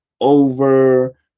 over